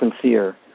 sincere